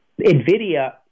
NVIDIA